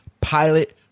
pilot